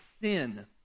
sin